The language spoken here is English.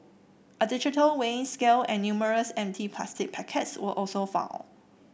a digital weighing scale and numerous empty plastic packets were also found